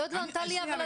אני בחצי שעה איחור.